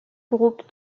groupes